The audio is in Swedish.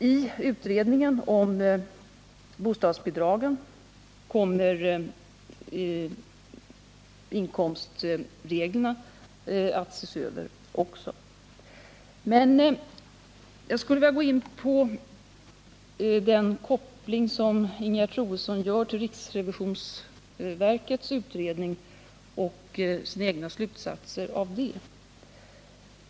I utredningen om bostadsbidragen kommer också inkomstreglerna att ses över. Men jag skulle vilja gå in på den koppling som Ingegerd Troedsson gör till riksrevisionsverkets utredning och hennes egna slutsatser av den.